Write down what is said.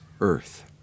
earth